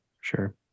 Sure